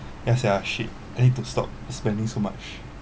yes sia shit I need to stop spending so much